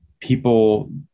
people